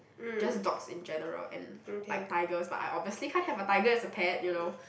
just dogs in general and like tigers but I obviously can't have a tiger as a pet you know